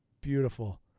Beautiful